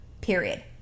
period